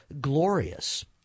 glorious